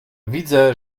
widzę